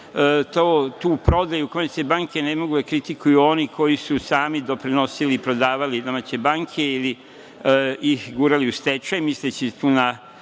tu prodaju Komercijalne banke ne mogu da kritikuju oni koji su sami doprinosili, prodavali domaće banke ili ih gurali u stečaj, misleći tu na